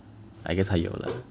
I guess 他有 lah